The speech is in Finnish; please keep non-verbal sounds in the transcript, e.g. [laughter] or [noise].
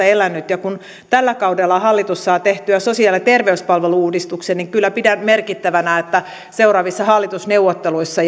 [unintelligible] elänyt ja kun tällä kaudella hallitus saa tehtyä sosiaali ja terveyspalvelu uudistuksen niin kyllä pidän merkittävänä että seuraavissa hallitusneuvotteluissa [unintelligible]